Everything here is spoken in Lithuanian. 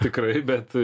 tikrai bet